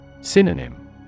Synonym